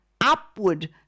upward